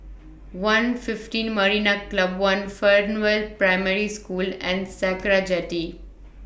one fifteen Marina Club one Fernvale Primary School and Sakra Jetty